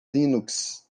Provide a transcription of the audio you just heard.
linux